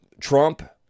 Trump